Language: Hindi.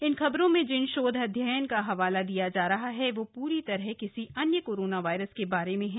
इन खबरों में जिस शोध अध्ययन का हवाला दिया जा रहा है वह प्री तरह किसी अन्य कोरोना वायरस के बारे में है